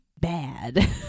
bad